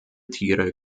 tiere